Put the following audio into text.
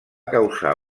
causar